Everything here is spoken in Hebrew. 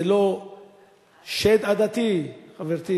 זה לא שד עדתי, חברתי